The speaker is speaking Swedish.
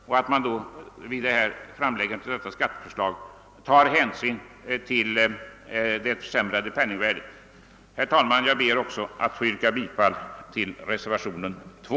Man bör alltså i framläggandet av nu ifrågavarande skatteförslag ta hänsyn till det försämrade penningvärdet. Herr talman! Jag ber också att få yrka bifall till reservationen 2.